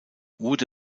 wurde